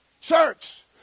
church